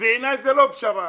בעיניי זה לא פשרה.